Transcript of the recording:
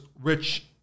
rich